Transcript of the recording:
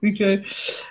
okay